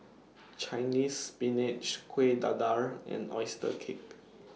Chinese Spinach Kueh Dadar and Oyster Cake